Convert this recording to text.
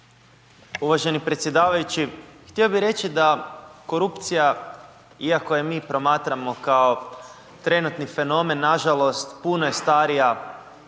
Uvaženi predsjedavajući, htio bi reći, da korupcija, iako ju mi promatramo, kao trenutni fenomen, nažalost, puno je starija